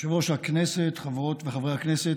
יושב-ראש הכנסת, חברות וחברי הכנסת,